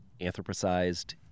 anthropocized